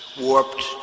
warped